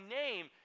name